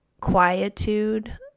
quietude